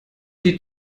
die